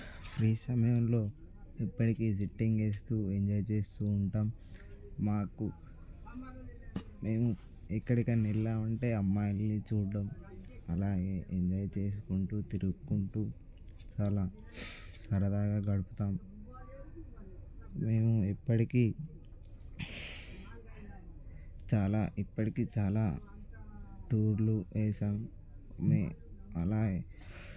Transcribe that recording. free సమయంలో ఇప్పటికీ sitting వేస్తూ ఎంజాయ్ చేస్తూ ఉంటాం మాకు మేము ఎక్కడికైనా వెళ్ళామంటే అమ్మాయిలను చూడటం ఇలా ఎంజాయ్ చేసుకుంటూ తిరుగుతుంటూ చాలా సరదాగా గడుపుతాం మేము ఎప్పటికీ చాలా ఇప్పటికి చాలా టూర్లు వేసాము మే అలాగే